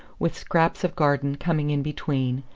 with scraps of garden coming in between,